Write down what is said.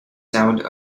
sound